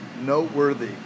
noteworthy